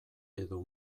edo